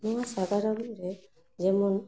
ᱱᱚᱣᱟ ᱥᱟᱜᱟᱲᱚᱢ ᱨᱮ ᱡᱮᱢᱚᱱ